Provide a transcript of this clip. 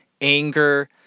anger